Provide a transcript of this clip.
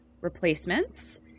replacements